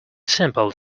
simple